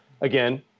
again